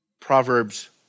Proverbs